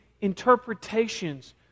interpretations